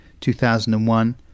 2001